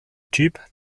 typ